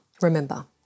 remember